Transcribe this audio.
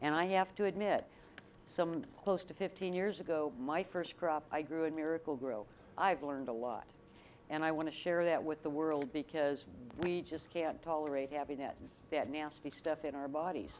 and i have to admit some close to fifteen years ago my first crop i grew and miracle grow i've learned a lot and i want to share that with the world because we just can't tolerate having that bad nasty stuff in our bodies